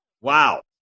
Wow